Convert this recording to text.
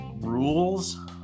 rules